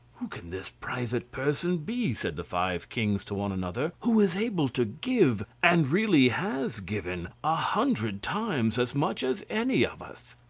who can this private person be, said the five kings to one another, who is able to give, and really has given, a hundred times as much as any of us?